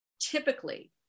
typically